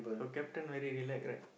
your captain very relax right